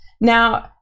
Now